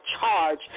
charge